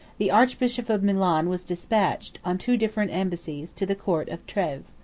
the archbishop of milan was despatched, on two different embassies, to the court of treves.